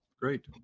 great